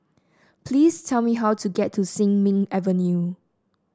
please tell me how to get to Sin Ming Avenue